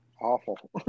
Awful